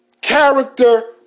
Character